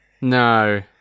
No